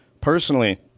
personally